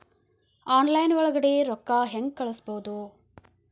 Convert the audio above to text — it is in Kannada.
ಆನ್ಲೈನ್ ಒಳಗಡೆ ರೊಕ್ಕ ಹೆಂಗ್ ಕಳುಹಿಸುವುದು?